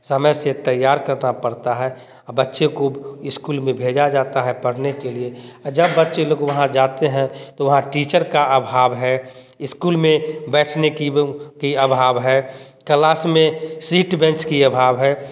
समय से तैयार करना पड़ता है बच्चे को स्कूल में भेजा जाता है पढ़ने के लिए जब बच्चे लोग वहाँ जाते हैं तो वहाँ टीचर का अभाव है स्कूल में बैठने की की अभाव है क्लास में सीट बेंच की अभाव है